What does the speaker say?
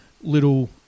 little